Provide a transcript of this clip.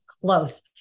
close